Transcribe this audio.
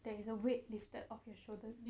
there is a weight lifted off your shoulders